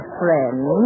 friend